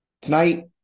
Tonight